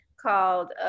called